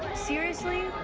seriously?